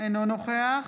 אינו נוכח